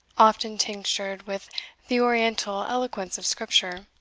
often tinctured with the oriental eloquence of scripture,